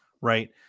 right